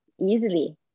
easily